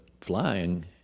flying